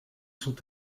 sont